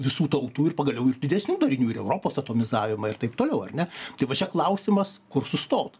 visų tautų ir pagaliau ir didesnių darinių ir europos atomizavimą ir taip toliau ar ne tai va čia klausimas kur sustot